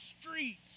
streets